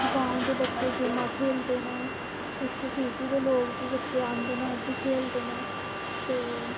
गांव दे बच्चे गेमां खेलदे न कुछ सिटी दे लोक बी बच्चे आंदे न ओह् बी खेलदे न ते